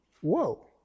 whoa